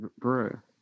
Bruh